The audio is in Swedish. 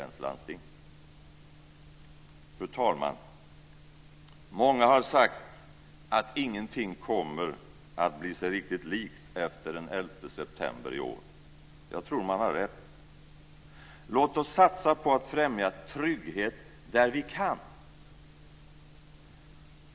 Många har sagt att ingenting kommer att bli sig riktigt likt efter den 11 september i år. Jag tror att de har rätt. Låt oss satsa på att främja trygghet där vi kan.